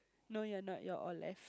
no you are not you are all left